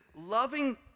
loving